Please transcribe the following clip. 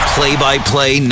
Play-by-play